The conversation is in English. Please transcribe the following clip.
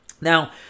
Now